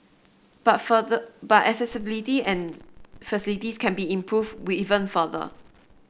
but for the but accessibility and facilities can be improved with even further